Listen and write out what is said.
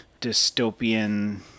dystopian